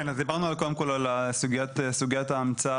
דיברנו קודם כול על סוגיית ההמצאה.